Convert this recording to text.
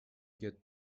get